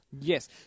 Yes